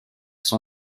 son